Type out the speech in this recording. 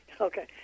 Okay